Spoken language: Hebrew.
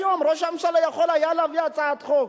היום ראש הממשלה יכול היה להביא הצעת חוק